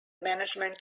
management